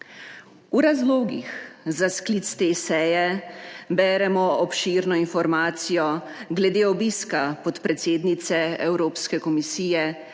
V razlogih za sklic te seje beremo obširno informacijo glede obiska podpredsednice Evropske komisije